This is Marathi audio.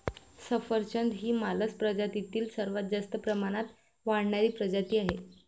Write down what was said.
सफरचंद ही मालस प्रजातीतील सर्वात जास्त प्रमाणात वाढणारी प्रजाती आहे